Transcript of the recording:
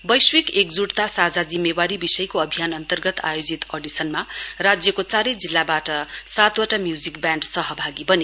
वैश्विक एकजूटता साझा जिम्मेवारी विषयको अभियान अन्तर्गत आयोजित अडिसनमा राज्यको चार जिल्लाबाट सातवटा म्युजिक ब्यान सहभागी बने